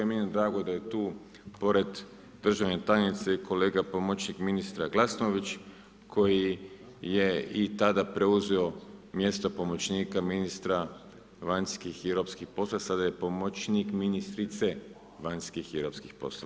I meni je drago da je tu pored državne tajnice i kolega pomoćnik ministra Glasnović koji je i tada preuzeo mjesto pomoćnika ministra vanjskih i europskih poslova, sada je pomoćnik ministrice vanjskih i europskih poslova.